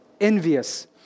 envious